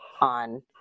on